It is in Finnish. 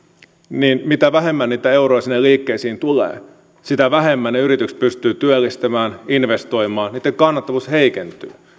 niin mitä vähemmän niitä euroja sinne liikkeisiin tulee sitä vähemmän ne yritykset pystyvät työllistämään investoimaan niitten kannattavuus heikentyy